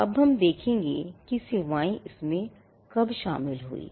अब हम देखेंगे कि सेवाएं इसमें कब शामिल हुईं